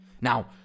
Now